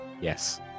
Yes